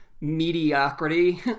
mediocrity